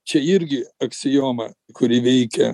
čia irgi aksioma kuri veikia